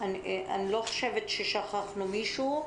אני לא חושבת ששכחנו מישהו.